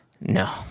No